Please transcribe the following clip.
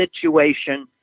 situation